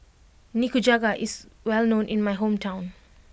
Nikujaga is well known in my hometown